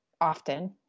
often